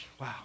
Wow